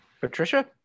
Patricia